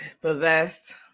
possessed